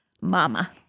Mama